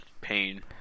pain